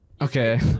Okay